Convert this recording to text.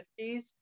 50s